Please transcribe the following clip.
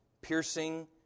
piercing